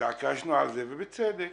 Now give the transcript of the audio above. התעקשנו על זה, ובצדק.